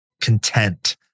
content